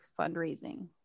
fundraising